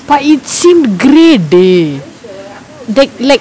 but it seemed great day take like